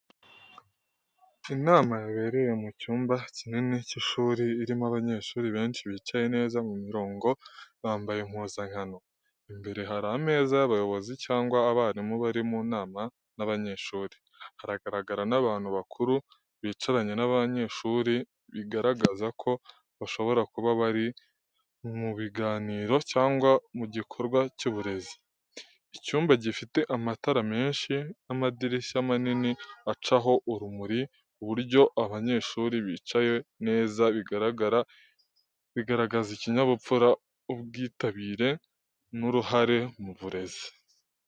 Inama yabereye mu cyumba kinini cy’ishuri, irimo abanyeshuri benshi bicaye neza mu mirongo, bambaye impuzankano. Imbere hari ameza y’abayobozi cyangwa abarimu bari mu nama n’abanyeshuri. Haragaragara n’abantu bakuru bicaranye n’abanyeshuri, bigaragaza ko bashobora kuba bari mu biganiro cyangwa mu gikorwa cy’uburezi. Icyumba gifite amatara menshi n’amadirishya manini acaho urumuri. Uburyo abanyeshuri bicaye neza bigaragaza ikinyabupfura, ubwitabire n’uruhare mu burezi.